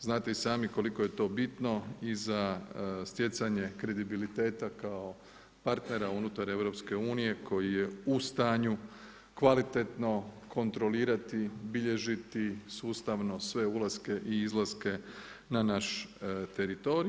znate i sami koliko je to bitno i za stjecanje kredibiliteta kao partnera unutar EU koji je u stanju kvalitetno kontrolirati, bilježiti sustavno sve ulaske i izlaske na naš teritorij.